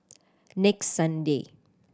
next Sunday